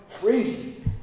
free